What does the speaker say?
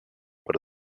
per